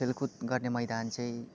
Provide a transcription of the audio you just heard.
केलकुद गर्ने मैदान चाहिँ